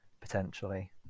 potentially